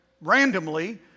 randomly